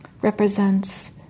represents